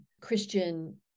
Christian